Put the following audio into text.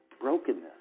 brokenness